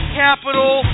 capital